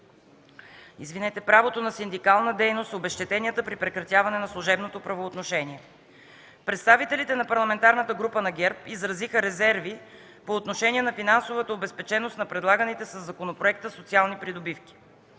в МВР, правото на синдикална дейност, обезщетенията при прекратяване на служебното правоотношение. Представителите на парламентарната група на ГЕРБ изразиха резерви по отношение на финансовата обезпеченост на предлаганите със законопроекта социални придобивки.